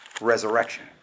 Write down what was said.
resurrection